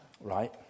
Right